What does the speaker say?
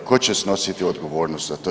Tko će snositi odgovornost za to?